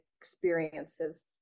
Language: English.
experiences